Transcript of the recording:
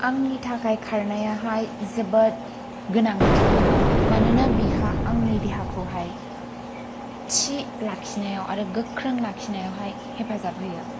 आंनि थाखाय खारनायहाय जोबोद गोनांथि मानोना बिहा आंनि देहाखौहाय थि लाखिनायाव आरो गोख्रों लाखिनायावहाय हेफाजाब होयो